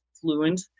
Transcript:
fluent